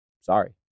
Sorry